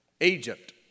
Egypt